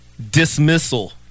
Dismissal